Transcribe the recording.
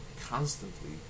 constantly